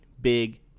big